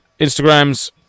Instagrams